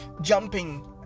jumping